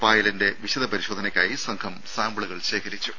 പായലിന്റെ വിശദ പരിശോധനക്കായി സംഘം സാമ്പിളുകൾ ശേഖരിച്ചു